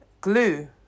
Glue